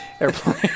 Airplane